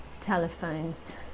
telephones